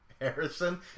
Harrison